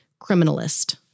criminalist